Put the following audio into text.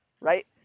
right